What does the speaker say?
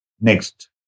Next